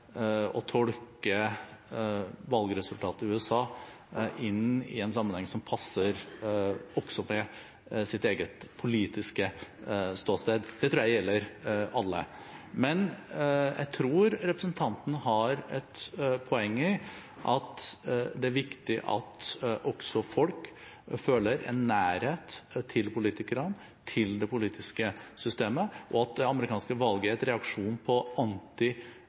å tolke valgresultatet i USA inn i en sammenheng som passer også til ens eget politiske ståsted. Det tror jeg gjelder alle. Men jeg tror representanten har et poeng i at det er viktig at folk føler en nærhet til politikerne, til det politiske systemet, og at det amerikanske valget er en reaksjon;